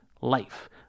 life